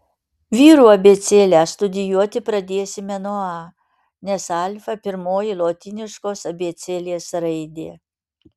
vyrų abėcėlę studijuoti pradėsime nuo a nes alfa pirmoji lotyniškos abėcėlės raidė